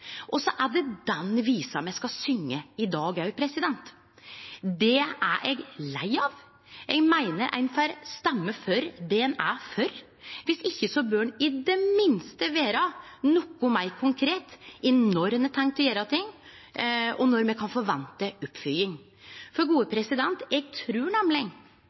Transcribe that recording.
Og så er det den visa me skal syngje i dag òg. Det er eg lei av. Eg meiner ein får stemme for det ein er for. Viss ikkje bør ein i det minste vere noko meir konkret om når ein har tenkt å gjere ting, og når me kan forvente oppfølging. Eg trur nemleg